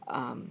um